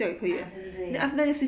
ah 对对对